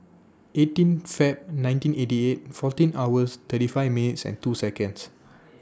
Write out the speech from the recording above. eighteen Feb nineteen eighty eight fourteen hours thirty five minutes and two Seconds